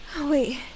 Wait